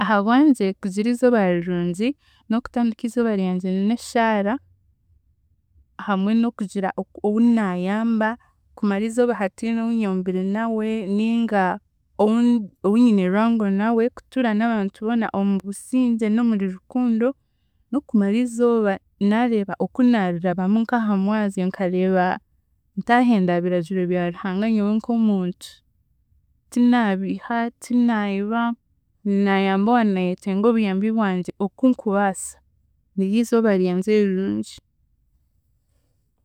Ahabwangye kugira izooba rirungi, n'okutandika izooba ryangye n'eshaara, hamwe n'okugira oku- ou naayamba, kumara izooba hatiine ou nyombire nawe, ninga ou- ounyine rwango nawe, kutuura n'abantu boona omu busingye n'omuri rukundo, n'okumara izooba naareeba oku naarirabamu nk'aha mwezyo nkareeba ntahenda biragiro bya Ruhanga nyowe nk'omuntu tinaabiiha, tinaayiba, naayamba owaaba naayetenga obuyambi bwangye oku nkubaasa, niryo izooba ryangye erirungi.